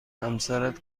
همسرت